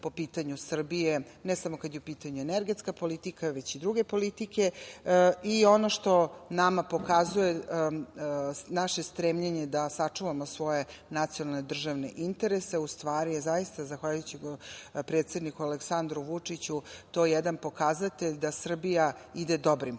po pitanju Srbije, ne samo kada je u pitanju energetska politika, već i druge politike. Ono što nama pokazuje naše stremljenje da sačuvamo svoje nacionalne državne interese, u stvari, je zaista, zahvaljujući predsedniku Aleksandru Vučiću, to jedan pokazatelj da Srbija ide dobrim